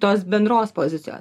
tos bendros pozicijos